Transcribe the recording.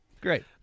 Great